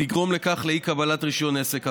תגרום לאי-קבלת רישיון עסק.